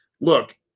look